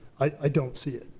i don't see it.